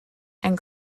and